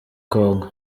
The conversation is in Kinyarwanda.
kongo